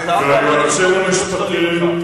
חבר הכנסת בן-ארי.